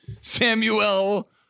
Samuel